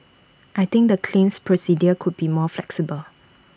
I think the claims procedure could be more flexible